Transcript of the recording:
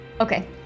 Okay